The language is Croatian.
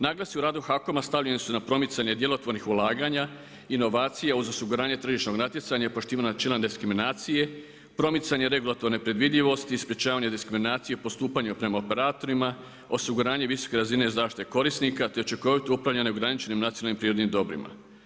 Naglasi u radu HAKOM-a stavljeni su na promicanje djelotvornih ulaganja, inovacije uz osiguranje tržišnog natjecanja i poštivanja načela diskriminacije, promicanje regulatorne predvidljivosti, sprečavanje diskriminacije postupanje prema operatorima, osiguranje visoke razine zaštite korisnika te učinkovito upravljanje ograničenim nacionalnim prirodnim dobrima.